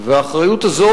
והאחריות הזו,